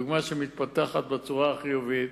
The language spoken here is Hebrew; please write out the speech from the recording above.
דוגמה שמתפתחת בצורה החיובית,